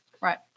right